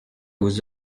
vous